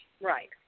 Right